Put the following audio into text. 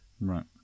Right